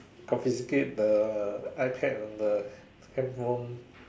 confiscate the iPad and the hand phone